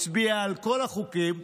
הצביעה על כל החוקים,